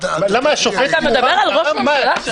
אתה מדבר על ראש ממשלה?